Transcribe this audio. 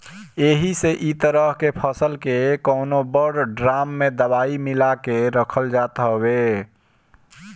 एही से इ तरह के फसल के कवनो बड़ ड्राम में दवाई मिला के रखल जात हवे